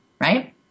Right